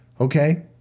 okay